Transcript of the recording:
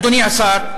אדוני השר,